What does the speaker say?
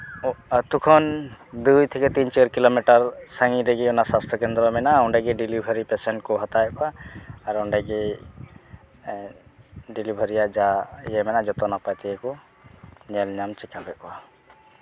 ᱟᱹᱛᱩ ᱠᱷᱚᱱ ᱫᱩᱭ ᱛᱷᱮᱠᱮ ᱛᱤᱱ ᱪᱟᱨ ᱠᱤᱞᱳᱢᱤᱴᱟᱨ ᱥᱟᱺᱜᱤᱧ ᱨᱮᱜᱮ ᱚᱱᱟ ᱥᱟᱥᱛᱷᱚ ᱠᱮᱫᱨᱚ ᱢᱮᱱᱟᱜᱼᱟ ᱚᱸᱰᱮᱜᱮ ᱰᱮᱞᱤᱵᱷᱟᱹᱨᱤ ᱯᱮᱥᱮᱱᱴ ᱠᱚ ᱦᱟᱛᱟᱣ ᱮᱫ ᱠᱚᱣᱟ ᱟᱨ ᱚᱸᱰᱮ ᱜᱮ ᱰᱮᱞᱤᱵᱷᱟᱹᱨᱤᱭᱟᱜ ᱡᱟ ᱤᱭᱟᱹ ᱢᱮᱱᱟᱜᱼᱟ ᱡᱚᱛᱚ ᱱᱟᱯᱟᱭ ᱛᱮᱜᱮ ᱠᱚ ᱧᱮᱞ ᱧᱟᱢ ᱪᱮᱠᱟᱯ ᱮᱫ ᱠᱚᱣᱟ